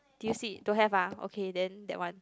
do you see don't have ah okay then that one